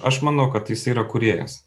aš manau kad jis yra kūrėjas